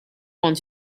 want